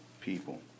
people